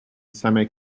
semi